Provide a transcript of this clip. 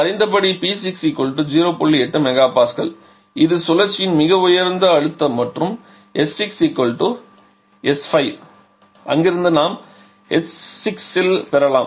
8 MPa இது சுழற்சியின் மிக உயர்ந்த அழுத்தம் மற்றும் s6 s5 அங்கிருந்து நாம் h6 இல் பெறலாம்